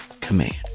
command